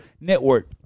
network